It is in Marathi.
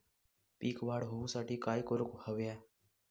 पीक वाढ होऊसाठी काय करूक हव्या?